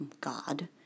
God